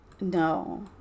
No